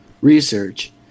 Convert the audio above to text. research